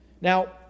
Now